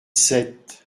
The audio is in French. sept